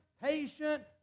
patient